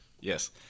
Yes